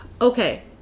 okay